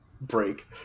break